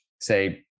say